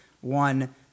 one